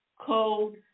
code